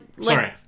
Sorry